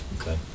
Okay